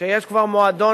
ויש כבר מועדון,